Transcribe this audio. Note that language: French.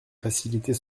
faciliter